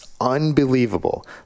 unbelievable